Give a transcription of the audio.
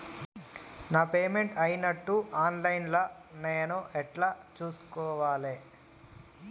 నా పేమెంట్ అయినట్టు online లా నేను ఎట్ల చూస్కోవాలే?